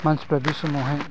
मानसिफोर बे समावहाय